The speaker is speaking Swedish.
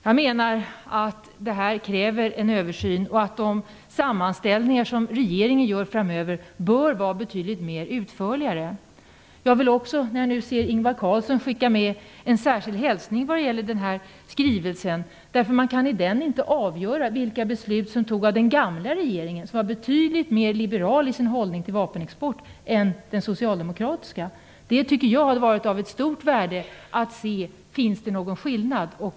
Jag menar att detta kräver en översyn och att de sammanställningar som regeringen gör framöver bör vara betydligt utförligare. När jag nu ser Ingvar Carlsson här i kammaren vill jag också skicka med en särskild hälsning om den här skrivelsen. Man kan av den inte avgöra vilka beslut som fattades av den gamla regeringen, som var betydligt mer liberal i sin hållning till vapenexport än den socialdemokratiska. Jag tycker att det hade varit av stort värde att se om det finns någon skillnad.